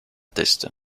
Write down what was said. test